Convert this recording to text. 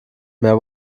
mehr